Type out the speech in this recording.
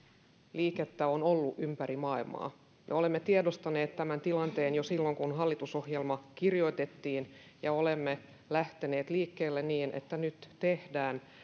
liikettä on ollut ympäri maailmaa ja olemme tiedostaneet tämän tilanteen jo silloin kun hallitusohjelma kirjoitettiin ja olemme lähteneet liikkeelle niin että nyt tehdään